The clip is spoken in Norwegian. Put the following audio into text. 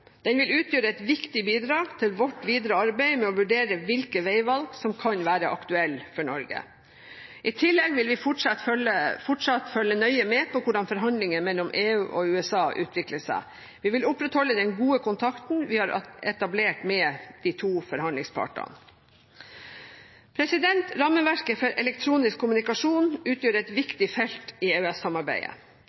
Den vil utgjøre et viktig bidrag til vårt videre arbeid med å vurdere hvilke veivalg som kan være aktuelle for Norge. I tillegg vil vi fortsatt følge nøye med på hvordan forhandlingene mellom EU og USA utvikler seg. Vi vil opprettholde den gode kontakten vi har etablert med de to forhandlingspartene. Rammeverket for elektronisk kommunikasjon utgjør et viktig felt i